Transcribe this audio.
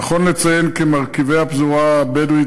נכון לציין כי מרכיבי הפזורה הבדואית